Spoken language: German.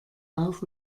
auf